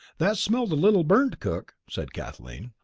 that smelt a little burnt, cook, said kathleen.